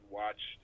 watch